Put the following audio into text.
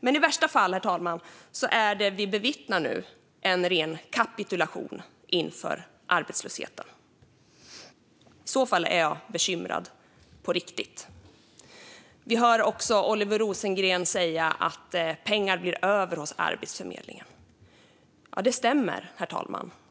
Men i värsta fall, herr talman, är det vi bevittnar nu en ren kapitulation inför arbetslösheten. I så fall är jag bekymrad på riktigt. Vi hör också Oliver Rosengren säga att pengar blir över hos Arbetsförmedlingen. Ja, det stämmer, herr talman.